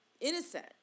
innocent